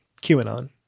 QAnon